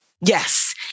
Yes